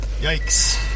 Yikes